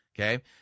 Okay